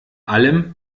allem